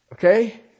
Okay